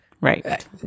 Right